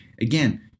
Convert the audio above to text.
Again